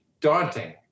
daunting